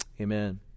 amen